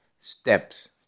steps